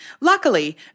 Luckily